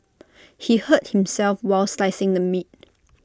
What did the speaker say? he hurt himself while slicing the meat